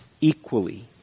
equally